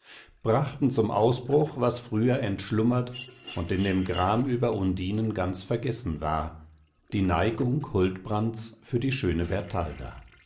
brachten zum ausbruch was früher entschlummert und in dem gram über undinen ganz vergessen war die neigung huldbrands für die schöne